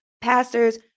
pastors